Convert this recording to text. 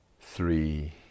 three